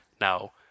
Now